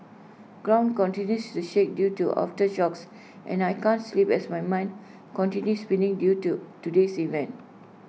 ground continues to shake due to aftershocks and I can't sleep as my mind continue spinning due to today's events